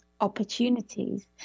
opportunities